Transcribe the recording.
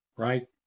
Right